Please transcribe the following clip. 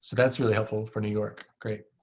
that's really helpful for new york. great.